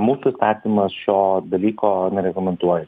mūsų įstatymas šio dalyko nereglamentuoja